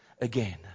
again